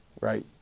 right